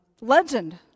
legend